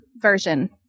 version